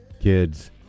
kids